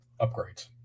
upgrades